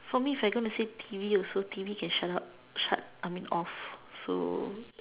for me is I gonna say T_V also T_V can shut up shut I mean off so